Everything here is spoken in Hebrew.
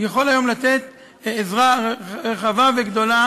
הוא יכול היום לתת עזרה רחבה וגדולה